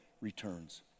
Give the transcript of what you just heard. returns